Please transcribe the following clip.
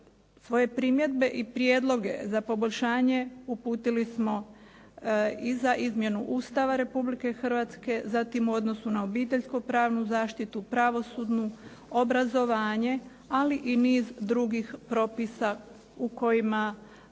Svoje primjedbe i prijedloge za poboljšanje uputili smo i za izmjenu Ustava Republike Hrvatske, zatim u odnosu na obiteljsku pravnu zaštitu, pravosudnu, obrazovanje ali i niz drugih propisa u kojima